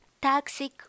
Toxic